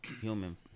human